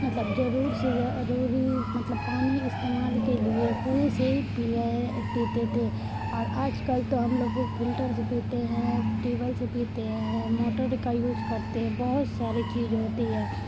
مطلب جرور سے جروری مطلب پانی استعمال کے لیے کنویں سے ہی پیے پیتے تھے اور آج کل تو ہم لوگو فلٹر سے پیتے ہیں ٹیول سے پیتے ہیں موٹر کا یوج کرتے ہیں بہت ساری چیج ہوتی ہے